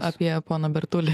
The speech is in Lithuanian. apie poną bertulį